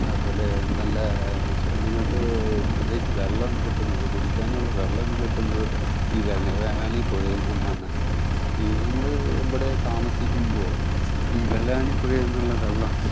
അതുപോലെ നല്ല നിങ്ങൾക്ക് പ്രത്യേകിച്ച് വെള്ളം കിട്ടുന്നത് കുടിക്കാനുള്ള വെള്ളമൊക്കെ കിട്ടുന്നത് ഈ വെള്ളായണിപ്പുഴയിൽ നിന്നാണ് ഈ നമ്മൾ ഇവിടെ താമസിക്കുമ്പോൾ ഈ വെള്ളായണി പുഴേന്നുള്ള വെള്ളം